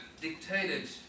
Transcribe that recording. dictated